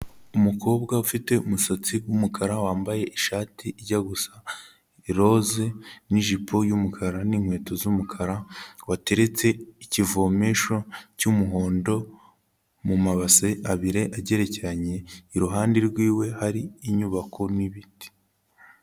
Umukobwa ufite umusatsi w'umukara, wambaye ishati ijya gusa iroze n'ijipo y'umukara n'inkweto z'umukara, wateretse ikivomesho cy'umuhondo mu mabase abiri agerekeranye, iruhande rwiwe hari inyubako n'ibiti.